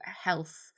health